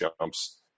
jumps